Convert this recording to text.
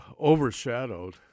overshadowed